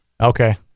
okay